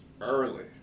early